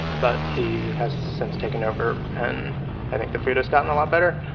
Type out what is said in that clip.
but he has since taken over and i think the food has gotten a lot better,